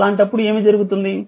అలాంటప్పుడు ఏమి జరుగుతుంది